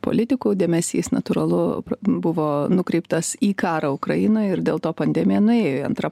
politikų dėmesys natūralu buvo nukreiptas į karą ukrainoj ir dėl to pandemija nuėjo į antrą